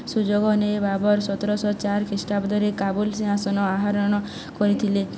ସୁଯୋଗ ନେଇ ବାବର ସତରଶହ ଚାର ଖ୍ରୀଷ୍ଟାବ୍ଦରେ କାବୁଲ ସିଂହାସନ ଆରୋହଣ କରିଥିଲେ